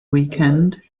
weekend